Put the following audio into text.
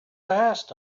asked